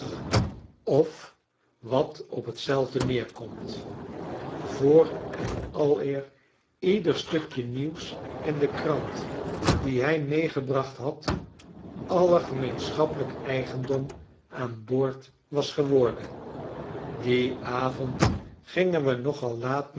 neerkomt voor en aleer ieder stukje nieuws in de krant die hij meegebracht had aller gemeenschappelijk eigendom aan boord was geworden dien avond gingen we nog al laat